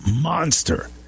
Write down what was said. monster